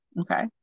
okay